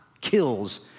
kills